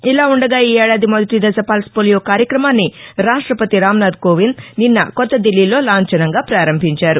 ఇలా ఉండగా ఈ ఏడాది మొదటి దశ పల్స్ పోలియో కార్యక్రమాన్ని రాష్టపతి రామ్నాధ్ కోవింద్ నిన్న కొత్తదిల్లీలో లాంఛనంగా పారంభించారు